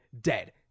dead